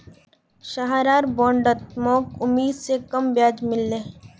सहारार बॉन्डत मोक उम्मीद स कम ब्याज मिल ले